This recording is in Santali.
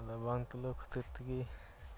ᱟᱫᱚ ᱵᱟᱝ ᱛᱩᱞᱟᱹᱣ ᱠᱷᱟᱹᱛᱤᱨ ᱛᱮᱜᱮ